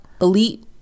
elite